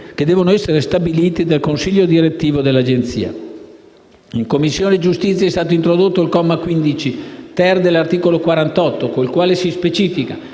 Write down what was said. che devono essere stabiliti dal consiglio direttivo dell'Agenzia. In Commissione giustizia è stato introdotto il comma 15-*ter* dell'articolo 48 del codice